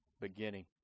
beginning